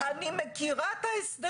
הוא רוצה ----- אני מכירה את ההסדרים.